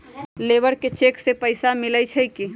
Labour के cheque से पैसा मिलई छई कि?